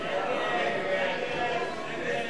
ההצעה